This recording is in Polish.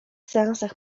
seansach